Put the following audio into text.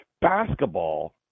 basketball